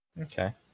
Okay